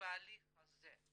בהליך הזה,